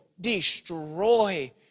destroy